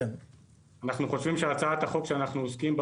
אנחנו חושבים שהצעת החוק אנחנו עוסקים בה